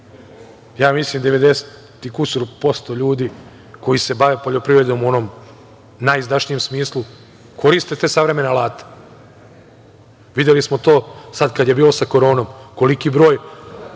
mislim 90 i kusur posto, ljudi koji se bave poljoprivredom u onom najizdašnijem smislu, koriste te savremene alate, videli smo to sada kada je bilo sa koronom koliki broj